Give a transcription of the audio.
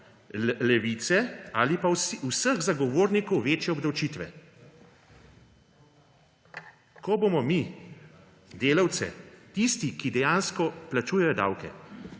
Levice ali pa vseh zagovornikov večje obdavčitve. Ko bomo mi delavce, tiste, ki dejansko plačujejo davke,